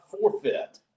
forfeit